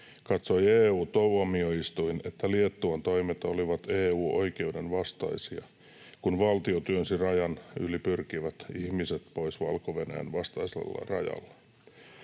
katsoi EU-tuomioistuin, että Liettuan toimet olivat EU-oikeuden vastaisia, kun valtio työnsi rajan yli pyrkivät ihmiset pois Valko-Venäjän vastaisella rajallaan.